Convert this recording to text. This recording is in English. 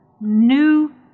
new